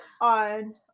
on